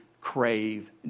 crave